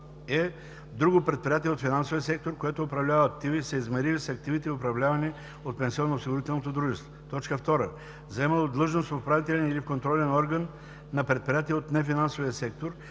е) друго предприятие от финансовия сектор, което управлява активи, съизмерими с активите, управлявани от пенсионноосигурителното дружество; 2. заемало длъжност в управителен или в контролен орган на предприятие от нефинансовия сектор,